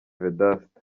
vedaste